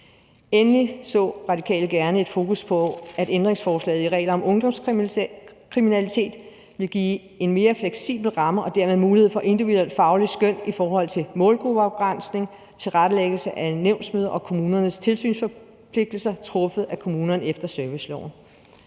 Endelig så Radikale gerne et fokus på, at ændringsforslaget i forhold til reglerne om ungdomskriminalitet vil give en mere fleksibel ramme og dermed mulighed for et individuelt fagligt skøn i forhold til målgruppeafgrænsning, tilrettelæggelse af nævnsmøder og kommunernes tilsynsforpligtelser truffet af kommunerne efter serviceloven.